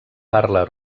parla